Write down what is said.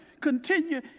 Continue